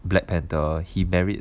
black panther he married